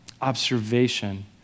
observation